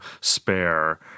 spare